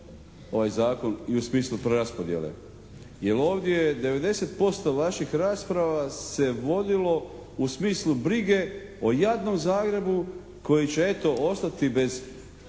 ovaj zakon i u smislu preraspodjele jer ovdje 90% vaših rasprava se vodilo u smislu brige o jadnom Zagrebu koji će eto ostati bez